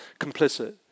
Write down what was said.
complicit